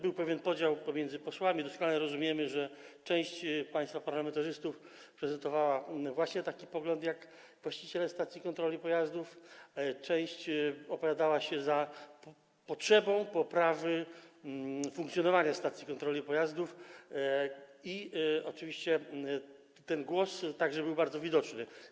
Był pewien podział między posłami i doskonale rozumiemy, że część państwa parlamentarzystów prezentowała taki pogląd, jak właściciele stacji kontroli pojazdów, część opowiadała się za potrzebą poprawy funkcjonowania stacji kontroli pojazdów, oczywiście ten głos był bardzo widoczny.